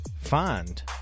find